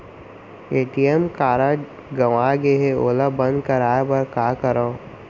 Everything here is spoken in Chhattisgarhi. ए.टी.एम कारड गंवा गे है ओला बंद कराये बर का करंव?